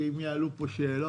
כי אם יעלו פה שאלות,